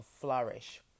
flourish